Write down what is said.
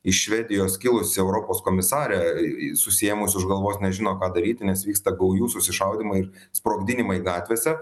iš švedijos kilusi europos komisarė susiėmus už galvos nežino ką daryti nes vyksta gaujų susišaudymai sprogdinimai gatvėse